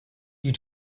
you